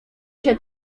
się